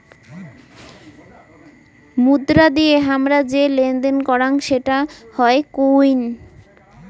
মুদ্রা দিয়ে হামরা যে লেনদেন করাং সেটা হই কোইন